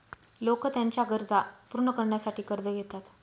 लोक त्यांच्या गरजा पूर्ण करण्यासाठी कर्ज घेतात